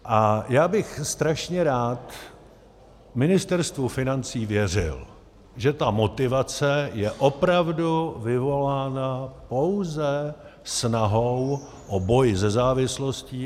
A já bych strašně rád Ministerstvu financí věřil, že ta motivace je opravdu vyvolána pouze snahou o boj se závislostí.